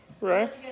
Right